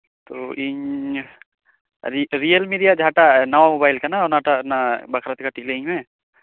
ᱛᱳ ᱤᱧ ᱨᱤᱭᱮᱞᱢᱤ ᱨᱮᱭᱟᱜ ᱡᱟᱸᱦᱟ ᱴᱟᱜ ᱱᱟᱣᱟ ᱢᱳᱵᱟᱭᱤᱞ ᱠᱟᱱᱟ ᱚᱱᱟᱴᱟᱜ ᱨᱮᱱᱟᱜ ᱵᱟᱠᱷᱟᱨᱟ ᱛᱮ ᱞᱟᱹᱭ ᱟᱹᱧ ᱢᱮ